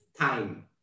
time